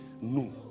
no